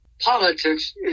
politics